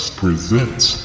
presents